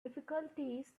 difficulties